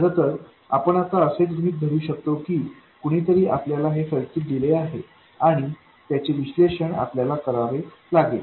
खरं तर आपण आता असे गृहित धरू शकतो की कुणीतरी आपल्याला हे सर्किट दिले आहे आणि त्याचे विश्लेषण आपल्याला करावे लागेल